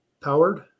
powered